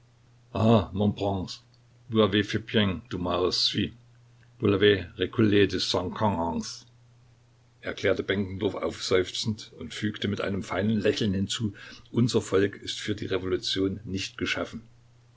ans erklärte benkendorf aufseufzend und fügte mit einem feinen lächeln hinzu unser volk ist für die revolution nicht geschaffen